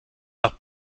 nach